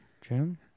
Jim